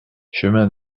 chemin